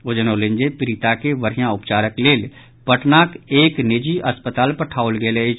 ओ जनौलनि जे पीड़िता के बढ़िया उपचार लेल पटनाक एक निजी अस्पताल पठाओल गेल अछि